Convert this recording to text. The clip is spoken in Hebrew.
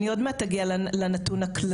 אני עוד מעט אגיע לנתון הכללי.